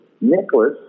Nicholas